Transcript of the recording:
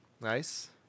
Nice